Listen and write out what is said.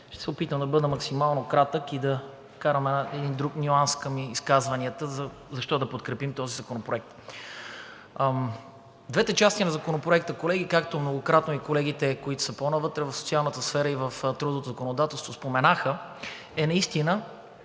Ще се опитам да бъда максимално кратък и да вкарам един друг нюанс към изказванията защо да подкрепим този законопроект. Двете части на Законопроекта, колеги, както многократно и колегите, които са по-навътре в социалната сфера, и в трудовото законодателство, споменаха, е наистина